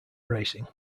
racing